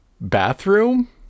bathroom